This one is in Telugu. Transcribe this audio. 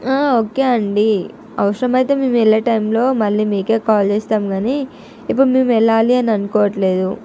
ఓకే అండి అవసరం అయితే మేము వెళ్ళే టైములో మళ్ళీ మీకు కాల్ చేస్తాం కానీ ఇప్పుడు మేము వెళ్ళాలి అని అనుకోవట్లేదు